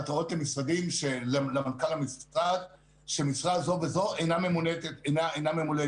התראות למנכ"ל המשרד שמשרה זו וזו אינה ממולאת אצלך.